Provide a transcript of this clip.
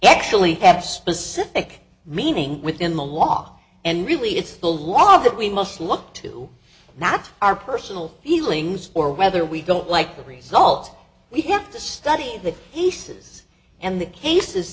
actually have specific meaning within the law and really it's the law that we must look to not our personal feelings or whether we don't like the result we have to study the pieces and the cases